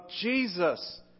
Jesus